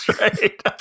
right